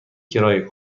کرایه